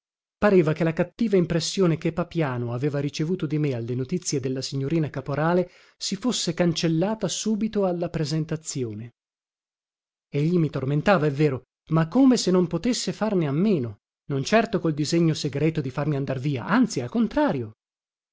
pareva che la cattiva impressione che papiano aveva ricevuto di me alle notizie della signorina caporale si fosse cancellata subito alla presentazione egli mi tormentava è vero ma come se non potesse farne a meno non certo col disegno segreto di farmi andar via anzi al contrario